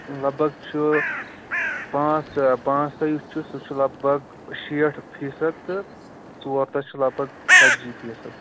لگ بھگ چھُ پانٛژھ تہہ پانٛثھ تہہ یُس چھُ سُہ چھُ لگ بھگ شیٹھ فیٖصد تہٕ ژور تہہ چھُ لگ بھگ ژَتجی فیٖصد